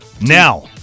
now